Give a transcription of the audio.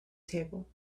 table